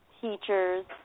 teachers